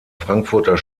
frankfurter